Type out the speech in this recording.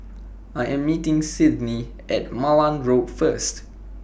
I Am meeting Sydni At Malan Road First